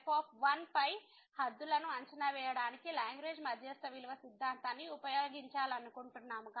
ఇప్పుడు f పై హద్దులను అంచనా వేయడానికి లాగ్రేంజ్ మధ్యస్థ విలువ సిద్ధాంతాన్ని ఉపయోగించాలనుకుంటున్నాము